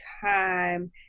time